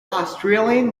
australian